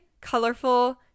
colorful